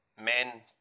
men